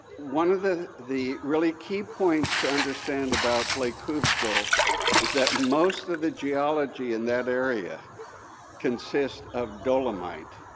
one of the the really key points to understand about lake hovsgol is that most of the geology in that area consists of dolomite,